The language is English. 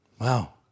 Wow